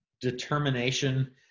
determination